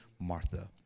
Martha